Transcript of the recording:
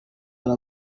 hari